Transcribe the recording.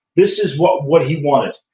this is what what he wanted,